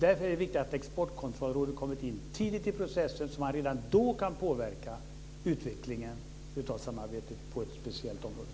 Därför är det viktigt att Exportkontrollrådet kommer in tidigt i processen, så att man redan då kan påverka utvecklingen av samarbetet på ett speciellt område.